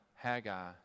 Haggai